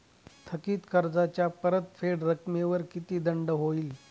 थकीत कर्जाच्या परतफेड रकमेवर किती दंड होईल?